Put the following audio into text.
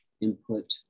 input